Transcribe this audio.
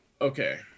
okay